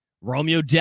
Romeo